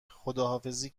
خداحافظی